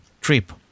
trip